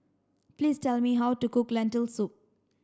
please tell me how to cook Lentil soup